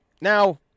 Now